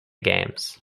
games